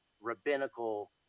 rabbinical